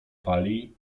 pali